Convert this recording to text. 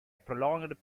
prolonged